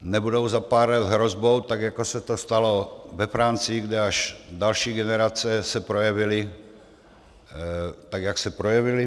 Nebudou za pár let hrozbou, jako se to stalo ve Francii, kde až další generace se projevily tak, jak se projevily?